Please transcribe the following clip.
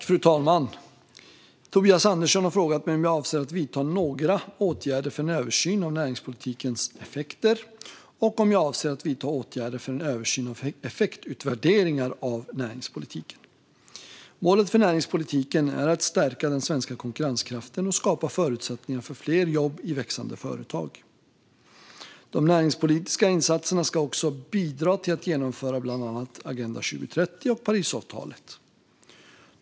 Fru talman! Tobias Andersson har frågat mig om jag avser att vidta några åtgärder för en översyn av näringspolitikens effekter och om jag avser att vidta åtgärder för en översyn av effektutvärderingar av näringspolitiken. Målet för näringspolitiken är att stärka den svenska konkurrenskraften och skapa förutsättningar för fler jobb i växande företag. De näringspolitiska insatserna ska också bidra till att genomföra bland annat Agenda 2030 och Parisavtalet.